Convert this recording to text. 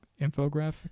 Infographic